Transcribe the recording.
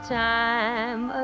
time